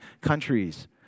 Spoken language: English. countries